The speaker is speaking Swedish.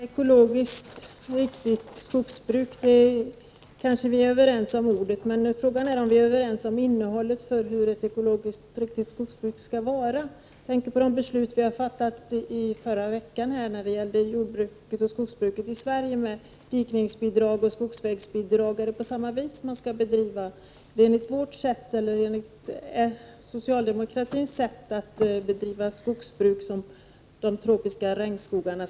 Fru talman! Vi kanske är överens om uttrycket ekologiskt riktigt skogsbruk, men frågan är om vi är överens om innehållet i ett ekologiskt riktigt skogsbruk. Jag tänker då på det beslut som vi fattade i förra veckan när det gäller jordbruket och skogsbruket i Sverige med fortsatta dikningsbidrag och skogsvägsbidrag osv. Är det enligt socialdemokratins sätt att bedriva skogsbruk som man vill hantera de tropiska regnskogarna?